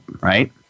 Right